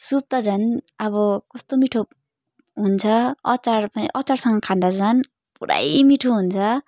soup त झन् अब कस्तो मिठो हुन्छ अचार पनि अचारसँग खाँदा झन् पुरै मिठो हुन्छ